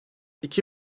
i̇ki